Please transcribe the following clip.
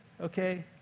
okay